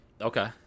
Okay